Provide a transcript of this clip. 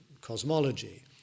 cosmology